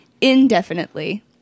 indefinitely